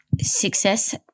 success